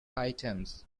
items